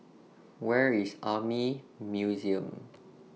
Where IS Army Museum